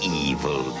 evil